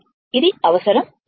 ఇది అవసరం లేదు